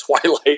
twilight